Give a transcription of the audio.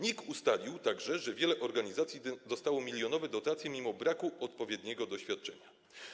NIK ustalił także, że wiele organizacji dostało milionowe dotacje mimo braku odpowiedniego doświadczenia.